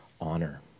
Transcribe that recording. honor